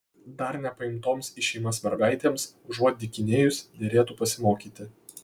dar nepaimtoms į šeimas mergaitėms užuot dykinėjus derėtų pasimokyti